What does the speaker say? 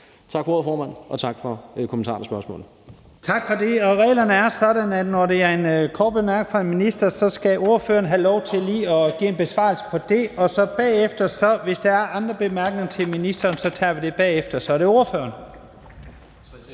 Tak for ordet,